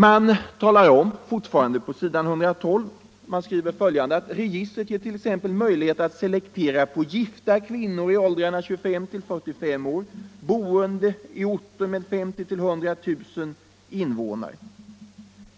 Man talar om — fortfarande på s. 112 — följande: ”Registret ger t.ex. möjligheter att selektera på gifta kvinnor i åldrarna 25-45 år boende i orter med 50 000-100 000 invånare.